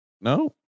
no